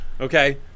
okay